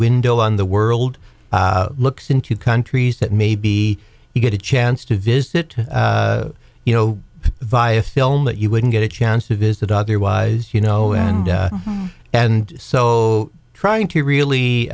window on the world looks into countries that maybe you get a chance to visit you know via film that you wouldn't get a chance to visit otherwise you know and and so trying to really